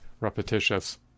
repetitious